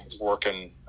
working